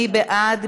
מי בעד?